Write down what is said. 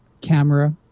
camera